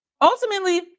ultimately